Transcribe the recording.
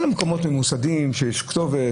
אבל זה לא מיועד למקומות ממוסדים שיש להם כתובת,